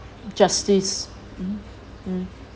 justice mm mm